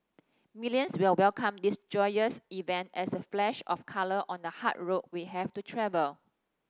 millions will welcome this joyous event as a flash of colour on the hard road we have to travel